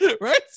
Right